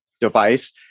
device